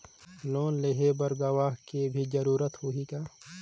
Loan लेहे बर गवाह के भी जरूरत होही का?